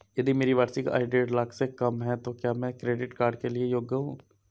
यदि मेरी वार्षिक आय देढ़ लाख से कम है तो क्या मैं क्रेडिट कार्ड के लिए योग्य हूँ?